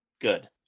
good